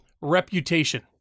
reputation